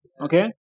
Okay